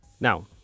Now